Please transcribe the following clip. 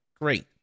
Great